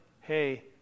hey